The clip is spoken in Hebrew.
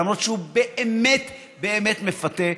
למרות שהוא באמת באמת מפתה.